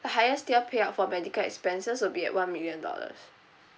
the highest tier pay out for medical expenses will be at one million dollars